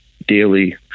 daily